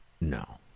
no